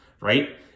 right